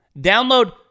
Download